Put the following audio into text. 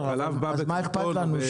חלב בא בקרטון או --- בסדר, אבל מה אכפת לנו?